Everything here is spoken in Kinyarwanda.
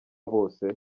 bose